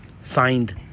Signed